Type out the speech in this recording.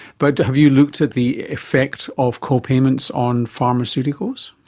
but have you looked at the effect of co-payments on pharmaceuticals?